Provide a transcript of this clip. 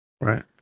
Right